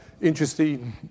interesting